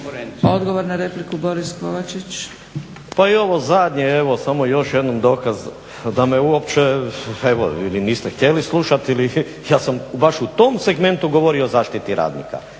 **Kovačić, Borislav (SDP)** Pa i ovo zadnje samo još jednom dokaz da me uopće evo ili niste htjeli slušati ili ja sam baš o tome segmentu govorio o zaštiti radnika,